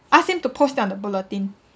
ask him to post it on the bulletin